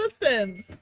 Listen